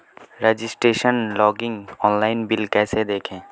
Registration login online bill कैसे देखें?